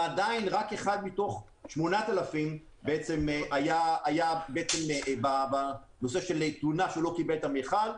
ועדיין רק כלפי אחד מתוך 8,000 הייתה תלונה שהוא לא קיבל את המכל.